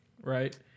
right